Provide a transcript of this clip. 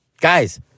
Guys